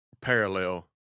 parallel